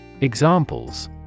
Examples